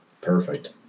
perfect